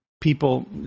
people